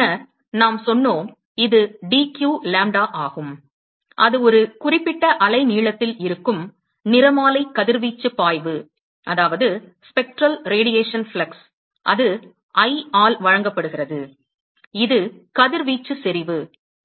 பின்னர் நாம் சொன்னோம் இது dq லாம்ப்டா ஆகும் அது ஒரு குறிப்பிட்ட அலைநீளத்தில் இருக்கும் நிறமாலை கதிர்வீச்சுப் பாய்வு அது I ஆல் வழங்கப்படுகிறது இது கதிர்வீச்சு செறிவு